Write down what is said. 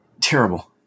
Terrible